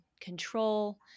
control